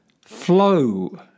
flow